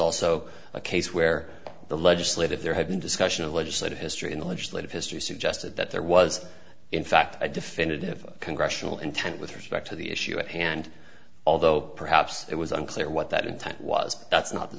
also a case where the legislative there had been discussion of legislative history in the legislative history suggested that there was in fact a definitive congressional intent with respect to the issue at hand although perhaps it was unclear what that intent was that's not the